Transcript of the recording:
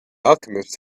alchemist